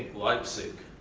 leipzig,